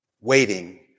waiting